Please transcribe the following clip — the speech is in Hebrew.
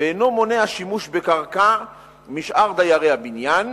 ואינו מונע שימוש בקרקע משאר דיירי הבניין,